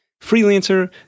freelancer